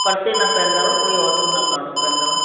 परिते न पवंदव कोई ऑटो न करिणो पवंदव